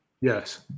Yes